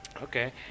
Okay